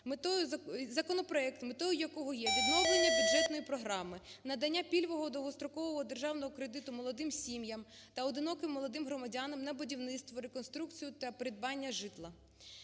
метою якого є відновлення бюджетної Програми надання пільгового довгострокового державного кредиту молодим сім'ям та одиноким молодим громадянам на будівництво, реконструкцію та придбання житла.